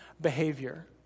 behavior